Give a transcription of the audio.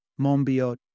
Monbiot